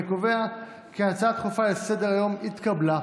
אני קובע כי ההצעה הדחופה לסדר-היום התקבלה,